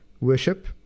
Worship